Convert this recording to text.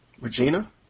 Regina